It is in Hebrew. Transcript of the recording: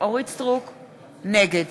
נגד